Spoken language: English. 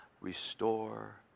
restore